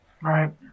right